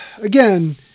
Again